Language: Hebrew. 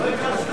לא הגשת,